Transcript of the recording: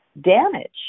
damage